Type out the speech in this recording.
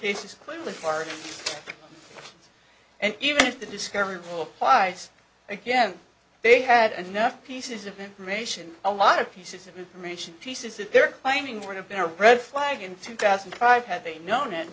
cases clearly part and even if the discovery rule applies again they had enough pieces of information a lot of pieces of information pieces that they're claiming were have been a red flag in two thousand and five had they known it